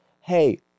hey